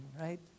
right